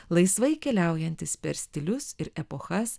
laisvai keliaujantys per stilius ir epochas